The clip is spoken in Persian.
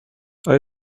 آیا